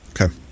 Okay